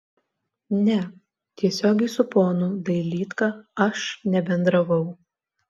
ne tiesiogiai su ponu dailydka aš nebendravau